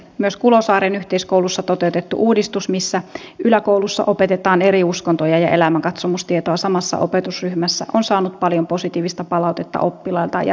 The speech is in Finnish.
myös kulosaaren yhteiskoulussa toteutettu uudistus missä yläkoulussa opetetaan eri uskontoja ja elämänkatsomustietoa samassa opetusryhmässä on saanut paljon positiivista palautetta oppilailta ja heidän vanhemmiltaan